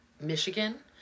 Michigan